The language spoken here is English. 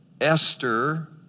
Esther